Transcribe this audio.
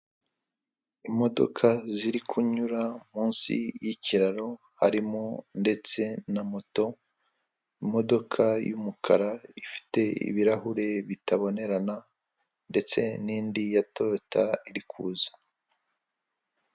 Imodoka ziri kunyura munsi y'ikiraro harimo ndetse na moto; imodoka y'umukara ifite ibirahure bitabonerana ndetse n'indi ya toyota iri kuza.